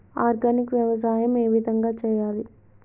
Organic వ్యవసాయం ఏ విధంగా చేయాలి?